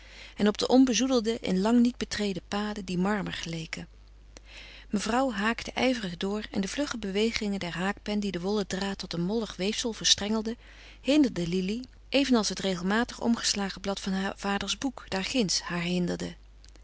en op de onbezoedelde in lang niet betreden paden die marmer geleken mevrouw haakte ijverig door en de vlugge beweging der haakpen die den wollen draad tot een mollig weefsel verstrengelde hinderde lili evenals het regelmatig omgeslagen blad van haar vaders boek daar ginds haar hinderde